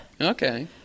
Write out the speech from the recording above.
Okay